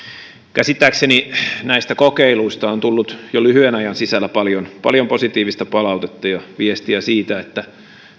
käsittääkseni näistä kokeiluista on tullut jo lyhyen ajan sisällä paljon paljon positiivista palautetta ja viestiä siitä että